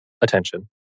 attention